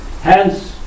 hence